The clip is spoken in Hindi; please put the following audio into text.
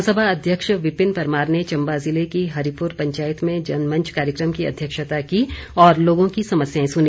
विधानसभा अध्यक्ष विपिन परमार ने चंबा जिले की हरिपुर पंचायत में जनमंच कार्यक्रम की अध्यक्षता की और लोगों की समस्याएं सुनी